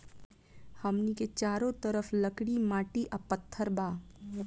हमनी के चारो तरफ लकड़ी माटी आ पत्थर बा